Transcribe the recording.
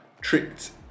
tricked